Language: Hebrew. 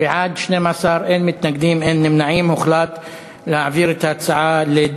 לקידום מעמד האישה.